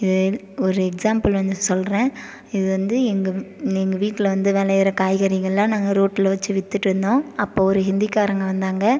இது ஒரு எக்ஸாம்பிள் வந்து சொல்கிறேன் இது வந்து எங்கள் எங்கள் வீட்டில் வந்து விலையிற காய்கறிகள்லான் நாங்கள் ரோட்டில் வச்சு விற்றுட்டு இருந்தோம் அப்போது ஒரு ஹிந்தி காரங்க வந்தாங்க